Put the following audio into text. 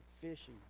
fishing